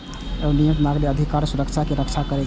विनियम नागरिक अधिकार आ सुरक्षा के रक्षा करै छै